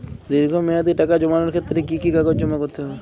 দীর্ঘ মেয়াদি টাকা জমানোর ক্ষেত্রে কি কি কাগজ জমা করতে হবে?